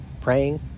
praying